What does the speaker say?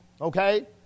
okay